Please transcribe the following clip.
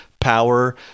power